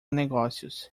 negócios